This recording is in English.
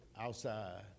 outside